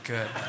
Good